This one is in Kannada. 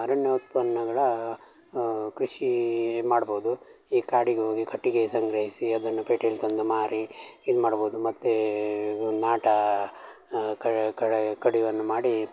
ಅರಣ್ಯ ಉತ್ಪನ್ನಗಳ ಕೃಷಿ ಮಾಡ್ಬೋದು ಈ ಕಾಡಿಗೆ ಹೋಗಿ ಕಟ್ಟಿಗೆ ಸಂಗ್ರಹಿಸಿ ಅದನ್ನು ಪೇಟೇಲಿ ತಂದು ಮಾರಿ ಇದು ಮಾಡ್ಬೋದು ಮತ್ತು ನಾಟಾ ಕಡೆ ಕಡೆ ಕಡಿವನ್ನು ಮಾಡಿ